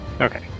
Okay